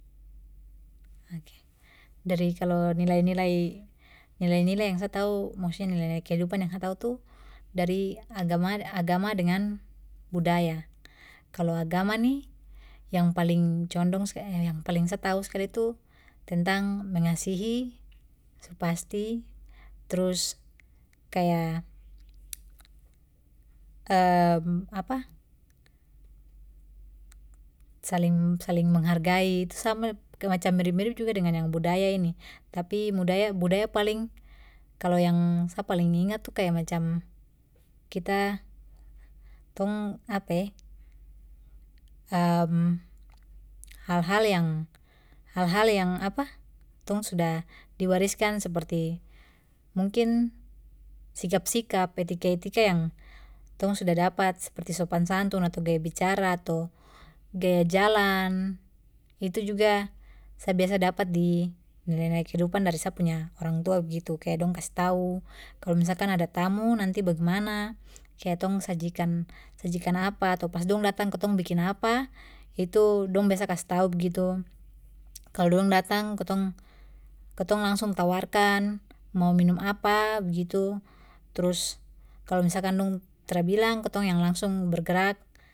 Oke dari kalo nilai nilai, nilai nilai yang sa tahu maksudnya nilai nilai kehidupan yang sa tahu tu dari agama-agama dengan budaya, kalo agama ni yang paling condong yang paling tahu skali tu tentang mengasihi su pasti trus kaya saling saling menghargai itu sama kaya macam mirip mirip juga dengan yang budaya ini tapi budaya budaya paling kalo yang sa paling ingat tu kaya macam kita tong hal hal yang hal hal yang tong sudah diwariskan seperti mungkin sikap sikap etika etika yang tong sudah dapat seperti sopan santun ato gaya bicara ato gaya jalan itu juga sa biasa dapat di nilai nilai kehidupan dari sa punya orang tua begitu kaya dong kas tahu kalo misalkan ada tamu nanti bagemana kaya tong sajikan sajikan apa ato pas dong datang kitong bikin apa, itu dong biasa kasih tahu begitu, kalo dong datang kitong kitong langsung tawarkan mo minum apa begitu trus kalo misalkan dong tra bilang kitong yang langsung bergerak.